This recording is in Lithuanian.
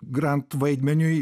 grant vaidmeniui